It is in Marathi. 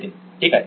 नितीन ठीक आहे